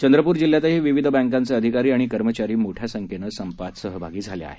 चंद्रपूर जिल्ह्यांतही विविध बँकांचे अधिकारी आणि कर्मचारी मोठ्या संख्येनं संपात सहभागी झाले आहेत